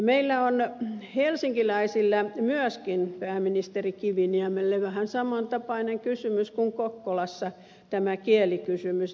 meillä helsinkiläisillä on myöskin pääministeri kiviniemelle vähän samantapainen kysymys kuin kokkolassa tämä kielikysymys